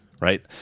Right